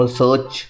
search